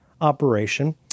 operation